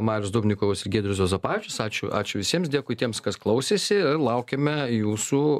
marius dubnikovas ir giedrius juozapavičius ačiū ačiū visiems dėkui tiems kas klausėsi ir laukiame jūsų